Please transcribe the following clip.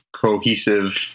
cohesive